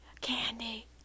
candy